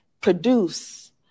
produce